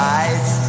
eyes